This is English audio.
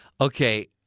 okay